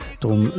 Darum